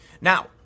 Now